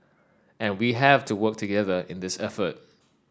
and we have to work together in this effort